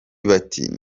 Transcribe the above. bati